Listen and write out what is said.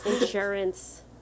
Insurance